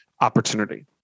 opportunity